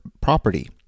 property